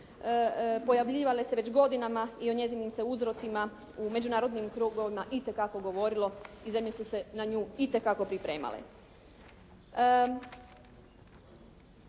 pojavljivale se već godinama i o njezinim se uzrocima u međunarodnim krugovima itekako govorilo i zemlje su se na nju itekako pripremale.